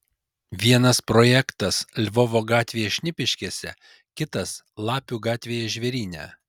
vienas projektas lvovo gatvėje šnipiškėse kitas lapių gatvėje žvėryne